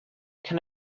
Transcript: can